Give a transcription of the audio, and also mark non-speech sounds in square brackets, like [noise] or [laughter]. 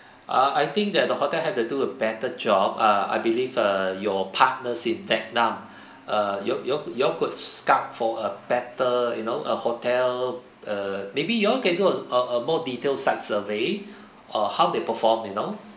ah I think that the hotel have to do a better job ah I believe err your partners in vietnam [breath] uh y'all y'all y'all could scout for a better you know a hotel err maybe y'all can go a a more detailed site survey uh how they perform you know